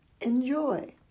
enjoy